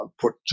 put